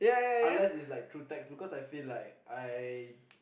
unless it's like through text because I feel like I